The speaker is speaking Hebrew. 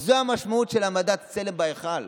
זו המשמעות של העמדת צלם בהיכל.